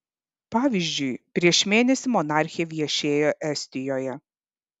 pavyzdžiui prieš mėnesį monarchė viešėjo estijoje